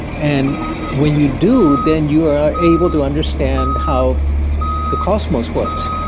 and when you do, then you are able to understand how the cosmos works.